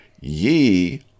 Ye